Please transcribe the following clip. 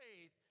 faith